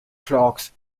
clarks